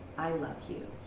i love you.